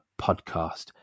podcast